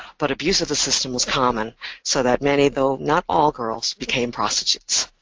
but abuse of the system was common so that many, though not all girls, became prostitutes.